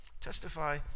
testify